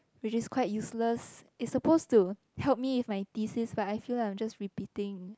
which is quite useless it's supposed to help me with my thesis but I feel like I'm just repeating